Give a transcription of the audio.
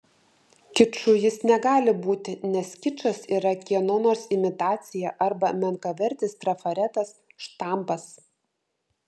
kiču jis negali būti nes kičas yra kieno nors imitacija arba menkavertis trafaretas štampas